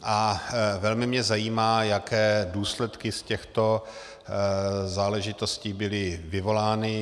A velmi mě zajímá, jaké důsledky z těchto záležitostí byly vyvolány.